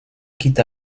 quitte